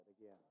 again